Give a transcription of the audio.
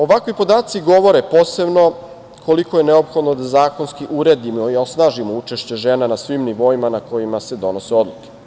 Ovakvi podaci govore posebno koliko je neophodno da zakonski uredimo i osnažimo učešće žena na svim nivoima na kojima se donose odluke.